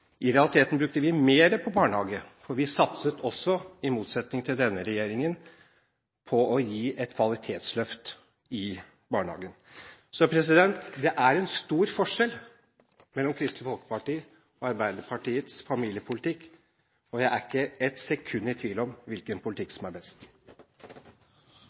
I realiteten brukte vi mer på barnehage, og vi satset også – i motsetning til denne regjeringen – på å gi barnehagen et kvalitetsløft. Så det er en stor forskjell mellom Kristelig Folkepartis og Arbeiderpartiets familiepolitikk, og jeg er ikke ett sekund i tvil om hvilken politikk